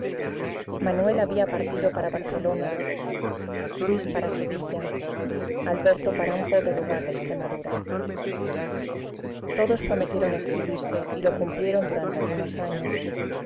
manuel había partido para barcelona luis para sevilla alberto para un pobre lugar de extremadura todos prometieron escribirse y lo cumplieron durante algunos años